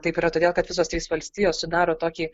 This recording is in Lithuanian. taip yra todėl kad visos trys valstijos sudaro tokį